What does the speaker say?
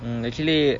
um actually